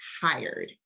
tired